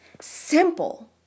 Simple